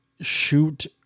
shoot